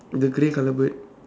the grey color bird